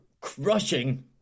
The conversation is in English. crushing